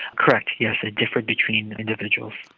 correct, yes, ah different between individuals.